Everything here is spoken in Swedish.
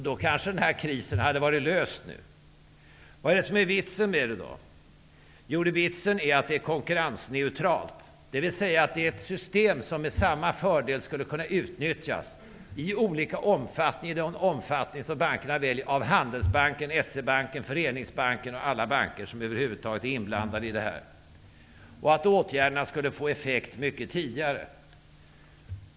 Då kanske denna kris hade varit löst nu. Vad är det som är vitsen med detta? Jo, vitsen är att det är konkurrensneutralt, dvs. att det är ett system som med samma fördel skulle kunna utnyttjas i olika omfattning och i den omfattning som bankerna väljer, av Handelsbanken, S-E-Banken, Föreningsbanken och alla banker som över huvud taget är inblandade i detta och att åtgärderna skulle få effekt mycket tidigare.